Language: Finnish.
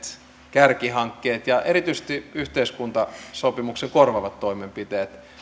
kärkihankkeet ja erityisesti yhteiskuntasopimuksen korvaavat toimenpiteet